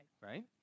right